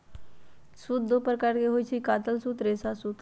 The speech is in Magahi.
सूत दो प्रकार के होई छई, कातल सूत आ रेशा सूत